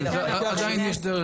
אבל עדיין יש דרך,